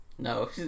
No